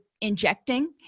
injecting